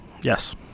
Yes